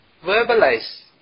Verbalize